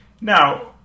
Now